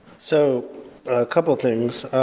so a couple of things,